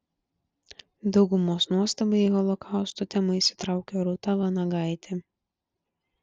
daugumos nuostabai į holokausto temą įsitraukė rūta vanagaitė